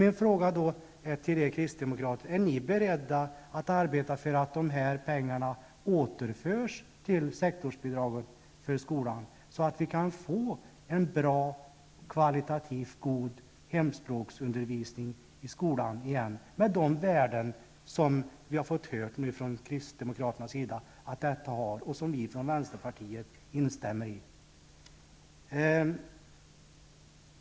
Min fråga till er kristdemokrater är: Är ni beredda att arbeta för att dessa pengar återförs till sektorsbidraget till skolan, så att vi kan få en bra och kvalitativt god hemspråksundervisning i skolan igen, med de värden som vi här har fått höra från kristdemokraterna att denna undervisning har och som vi från vänstern instämmer i?